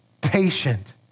patient